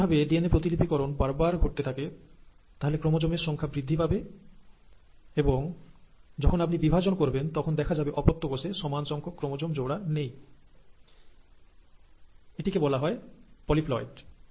যদি এইভাবে ডিএনএ প্রতিলিপিকরণ বারবারঘটতে থাকে তাহলে ক্রোমোজোমের সংখ্যা বৃদ্ধি পাবে এবং যখন আপনি বিভাজন করবেন তখন দেখা যাবে অপত্য কোষে সমান সংখ্যক ক্রোমোজোম জোড়া নেই এটিকে বলা হয় পলিপ্লয়েড